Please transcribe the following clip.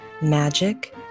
magic